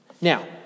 Now